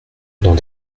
dans